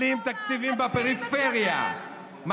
לנכי צה"ל,